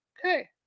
Okay